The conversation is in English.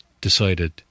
decided